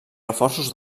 reforços